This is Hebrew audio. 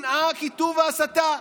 שנאה, קיטוב והסתה.